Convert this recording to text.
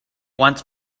once